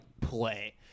play